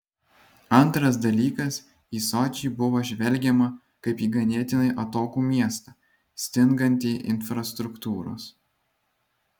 antras dalykas į sočį buvo žvelgiama kaip į ganėtinai atokų miestą stingantį infrastruktūros